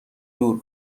دور